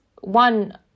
one